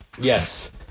Yes